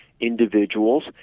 individuals